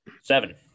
Seven